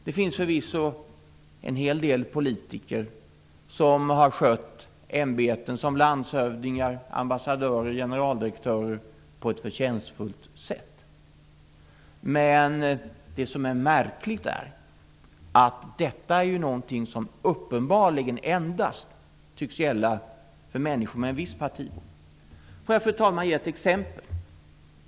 Det finns förvisso en hel del politiker som har skött ämbeten som landshövding, ambassadör och generaldirektör på ett förtjänstfullt sätt. Men det som är märkligt är att detta är någonting som uppenbarligen endast tycks gälla för människor med en viss partibok. Fru talman! Får jag ge ett exempel.